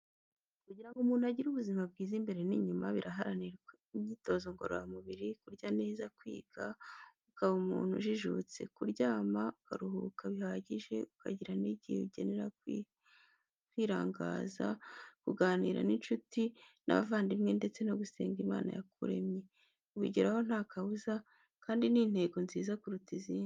Kugira ngo umuntu agire ubuzima bwiza imbere n'inyuma, birahanirwa. Imyitozo ngororamubiri, kurya neza, kwiga ukaba umuntu ujijutse, kuryama ukaruhuka bihagije, ukagira n'igihe ugenera kwirangaza, kuganira n'incuti n'abavandimwe ndetse no gusenga Imana yakuremye, ubigeraho nta kabuza, kandi ni intego nziza kuruta izindi.